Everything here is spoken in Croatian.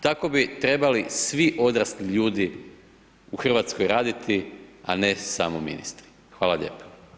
Tako bi trebali svi odrasli ljudi u Hrvatskoj raditi a ne samo ministri, hvala lijepo.